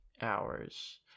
hours